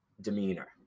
demeanor